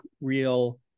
real